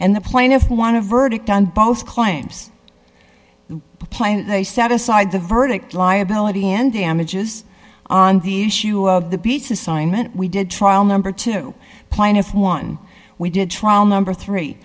and the plaintiff want a verdict on both climes plant they set aside the verdict liability and damages on the issue of the beach assignment we did trial number two plaintiff one we did trial number three